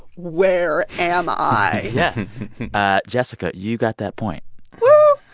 where am i? yeah jessica, you got that point woo